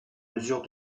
mesure